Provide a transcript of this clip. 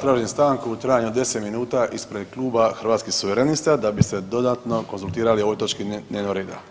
tražim stanku u trajanju od 10 minuta ispred Kluba Hrvatskih suverenista da bi se dodatno konzultirali o ovoj točki dnevnog reda.